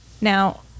Now